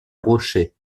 rocher